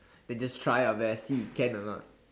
then just try your best see if can do that